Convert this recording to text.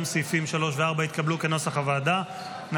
גם סעיפים 3 ו-4, כנוסח הוועדה, התקבלו.